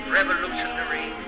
revolutionary